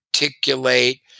articulate